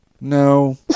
No